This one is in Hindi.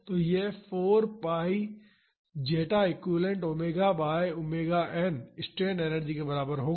तो यह 4 pi zeta equivalent omega by omega N strain energy के बराबर होगा